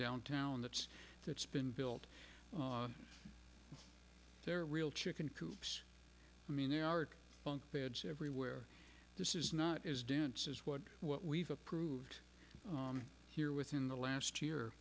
downtown that's that's been built there real chicken coops i mean there are bunk beds everywhere this is not as dense as what what we've approved here within the last year